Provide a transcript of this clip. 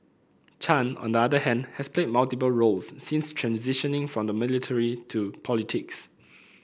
Chan on the other hand has played multiple roles since transitioning from the military into politics